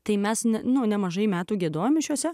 tai mes ne nuo nemažai metų giedojo mišiose